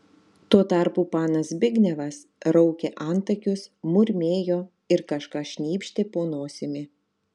tuo tarpu panas zbignevas raukė antakius murmėjo ir kažką šnypštė po nosimi